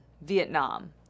Vietnam